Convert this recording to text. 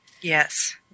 Yes